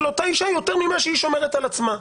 אותה אישה יותר ממה שהיא שומרת על עצמה.